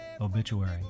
obituary